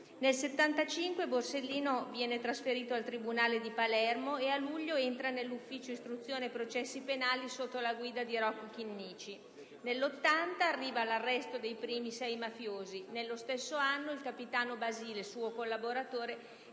Nel 1975 Borsellino viene trasferito presso il tribunale di Palermo e a luglio entra nell'Ufficio istruzione processi penali sotto la guida di Rocco Chinnici. Nel 1980 arriva l'arresto dei primi sei mafiosi. Nello stesso anno il capitano Basile, suo collaboratore,